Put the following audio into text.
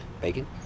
bacon